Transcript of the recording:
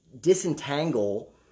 disentangle